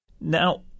now